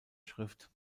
schrift